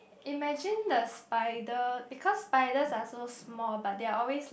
imagine the spider because spiders are so small but they are always like